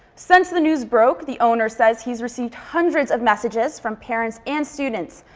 since the news broke, the owner says he's received hundreds of messages from parents and students,